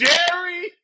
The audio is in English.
Jerry